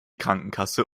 krankenkasse